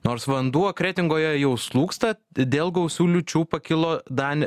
nors vanduo kretingoje jau slūgsta dėl gausių liūčių pakilo danė